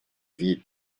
vie